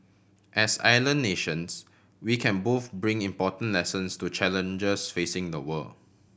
as island nations we can both bring important lessons to challenges facing the world